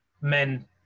men